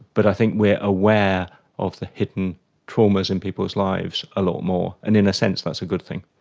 but i think we are aware of the hidden traumas in people's lives a lot more, and in a sense that's a good thing.